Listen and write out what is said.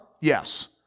Yes